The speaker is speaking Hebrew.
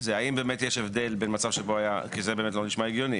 האם יש הבדל בין מצב שבו היה כי זה באמת לא נשמע הגיוני